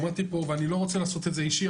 שמעתי פה ואני לא רוצה לעשות את זה אישי,